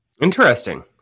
Interesting